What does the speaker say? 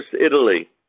Italy